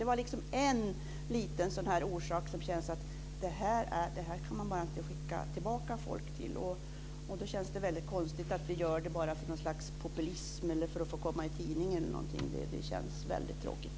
Det är en sådan där liten orsak som gör att det känns att man inte kan skicka tillbaka folk till det här. Då känns det väldigt konstigt att vi gör det bara för något slags populism, för att få komma i tidningen eller någonting. Det känns väldigt tråkigt.